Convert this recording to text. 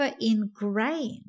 ingrained